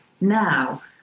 now